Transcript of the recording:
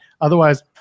Otherwise